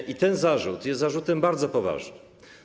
I ten zarzut jest zarzutem bardzo poważnym.